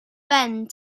ben